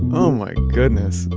oh my goodness.